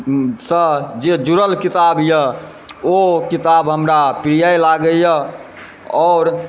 सँ जुड़ल जे किताबए ओ किताब हमरा प्रिय लागैए आओर